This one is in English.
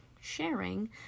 sharing